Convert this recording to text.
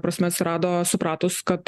prasme atsirado supratus kad